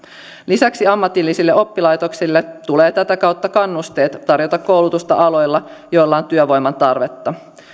lisäksi ammatillisille oppilaitoksille tulee tätä kautta kannusteet tarjota koulutusta aloilla joilla on työvoiman tarvetta